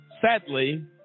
sadly